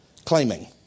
claiming